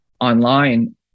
online